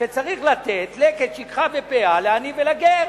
שצריך לתת לקט, שכחה ופאה לעני ולגר.